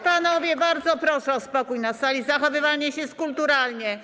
Panowie, bardzo proszę o spokój na sali i zachowywanie się kulturalnie.